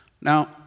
Now